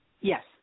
Yes